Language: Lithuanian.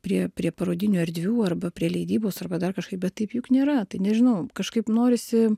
prie prie parodinių erdvių arba prie leidybos arba dar kažkaip bet taip juk nėra tai nežinau kažkaip norisi